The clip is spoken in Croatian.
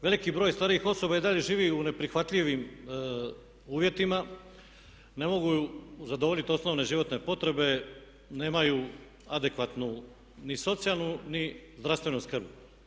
Veliki broj starijih osoba i dalje živi u neprihvatljivim uvjetima ne mogu zadovoljiti osnovne životne potrebe, nemaju adekvatnu ni socijalnu ni zdravstvenu skrb.